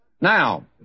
Now